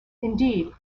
indeed